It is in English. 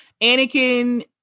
Anakin